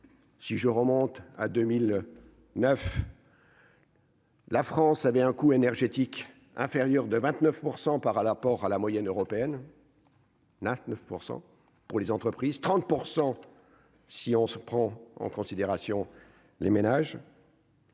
Si je remonte à 2009. La France avait un coût énergétique inférieure de 29 % par à l'apport à la moyenne européenne. A 9 % pour les entreprises 30 % si on se prend en considération les ménages.